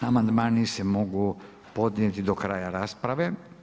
Amandmani se mogu podnijeti do kraja rasprave.